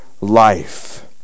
life